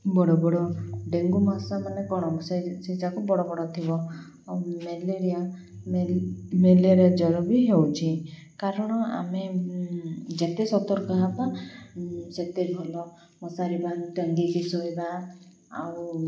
ବଡ଼ ବଡ଼ ଡେଙ୍ଗୁ ମଶା ମାନେ କଣ ସେ ସେ ଯାକ ବଡ଼ ବଡ଼ ଥିବ ମେଲେରିଆ ମେଲେରିଆ ଜର ବି ହେଉଛି କାରଣ ଆମେ ଯେତେ ସତର୍କ ହେବା ସେତେ ଭଲ ମଶାରି ବା ଟାଙ୍ଗିକି ଶୋଇବା ଆଉ